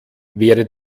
wäre